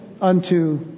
unto